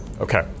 Okay